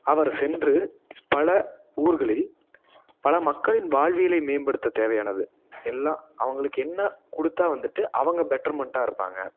அவர் சென்று பல ஊர்களில் பல மக்களின் வாழ்வியலை மேம்படுத்த தேவையானது எல்லாம் அவங்களுக்கு என்ன கொடுத்தா வந்துட்டு அவங்க பெட்ருமென்ட்டாக இருப்பாங்க